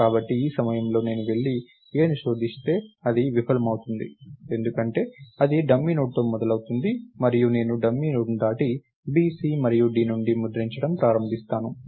కాబట్టి ఈ సమయంలో నేను వెళ్లి A ని శోధిస్తే అది విఫలమవుతుంది ఎందుకంటే అది డమ్మీ నోడ్తో మొదలవుతుంది మరియు నేను డమ్మీ నోడ్ను దాటి B C మరియు D నుండి ముద్రించడం ప్రారంభిస్తాను